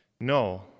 No